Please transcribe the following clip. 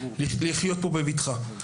לחיות פה בבטחה.